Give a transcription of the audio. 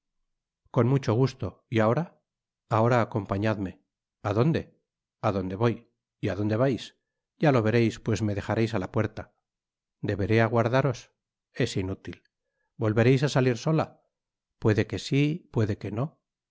con mucho gusto y ahora ahora acompañadme a donde a donde voy y á donde vais ya lo vereis pues me dejareis á la puerta deberé aguardaros es inútil volvereis á salir sola puede que si puede que no